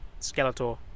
Skeletor